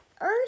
Earth